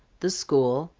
the school,